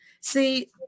See